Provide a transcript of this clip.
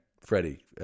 Freddie